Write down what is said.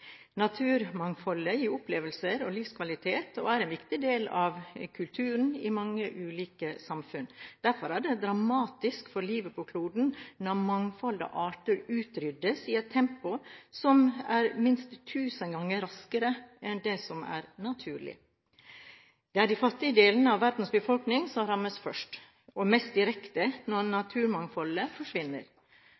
Naturmangfoldet gir opplevelser og livskvalitet og er en viktig del av kulturen i mange ulike samfunn. Derfor er det dramatisk for livet på kloden når mangfoldet av arter utryddes i et tempo som er minst tusen ganger raskere enn det som er naturlig. Det er de fattige delene av verdens befolkning som rammes først og mest direkte når